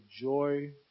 joy